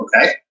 okay